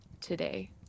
today